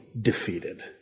defeated